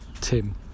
Tim